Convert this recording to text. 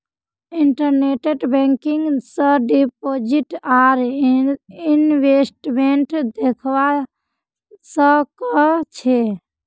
internet banking स deposit आर investment दख्वा स ख छ